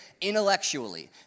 intellectually